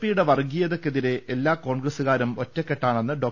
P യുടെ വർഗീയതക്കെതിരെ എല്ലാ കോൺഗ്രസു കാരും ഒറ്റക്കെട്ടാണെന്ന് ഡോ